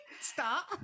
start